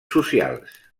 socials